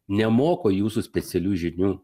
nemoko jūsų specialių žinių